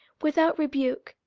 without rebuke,